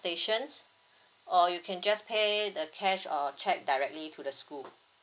stations or you can just pay the cash or cheque directly to the school